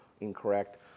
incorrect